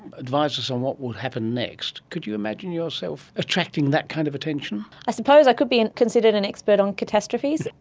advise us on what will happen next? could you imagine yourself attracting that kind of attention? i suppose i could be considered an expert on catastrophes.